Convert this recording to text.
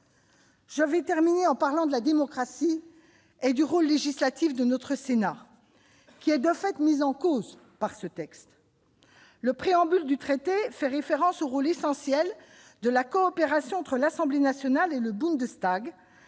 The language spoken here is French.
mon intervention en évoquant la démocratie et le rôle législatif du Sénat, mis en cause par ce texte. Le préambule du traité fait référence au rôle essentiel de la coopération entre l'Assemblée nationale et le Bundestag